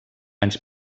anys